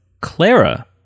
Clara